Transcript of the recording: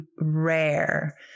rare